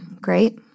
great